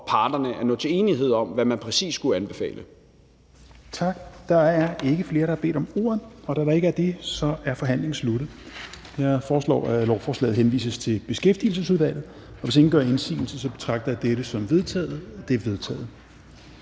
for parterne at nå til enighed om, hvad man præcis skulle anbefale.